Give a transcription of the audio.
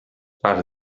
parts